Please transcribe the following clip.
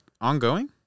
ongoing